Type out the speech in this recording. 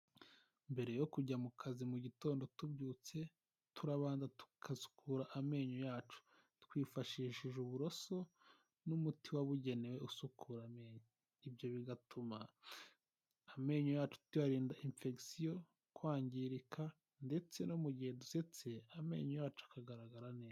Mbere yo kujya mu kazi mu gitondo tubyutse turabanza tugasukura amenyo yacu twifashishije uburoso n'umuti wabugenewe usukura amenyo, ibyo bigatuma amenyo yacu tuyarinda ifegisiyo, kwangirika ndetse no mu gihe dusetse amenyo yacu akagaragara neza.